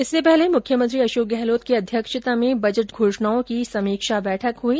इससे पहले मुख्यमंत्री अशोक गहलोत की अध्यक्षता में बजट घोषणाओं की समीक्षा बैठक हुई